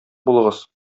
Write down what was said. булыгыз